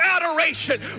adoration